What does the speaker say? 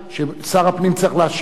ששר הפנים צריך להשיב עליה,